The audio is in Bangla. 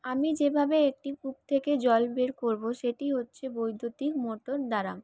আমি যেভাবে একটি কূপ থেকে জল বের করব সেটি হচ্ছে বৈদ্যুতিক মোটর দ্বারা